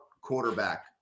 quarterback